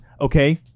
Okay